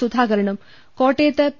സുധാകരനും കോട്ടയത്ത് പി